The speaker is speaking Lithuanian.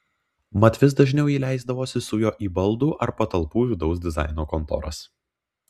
mat vis dažniau ji leisdavosi su juo į baldų ar patalpų vidaus dizaino kontoras